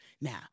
Now